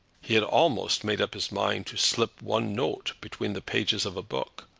he had almost made up his mind to slip one note between the pages of a book,